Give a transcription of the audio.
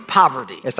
poverty